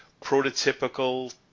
prototypical